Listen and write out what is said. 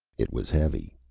it was heavy.